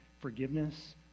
forgiveness